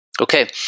Okay